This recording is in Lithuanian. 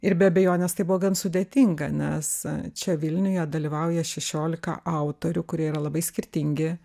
ir be abejonės tai buvo gan sudėtinga nes čia vilniuje dalyvauja šešiolika autorių kurie yra labai skirtingi